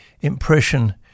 impression